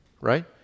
right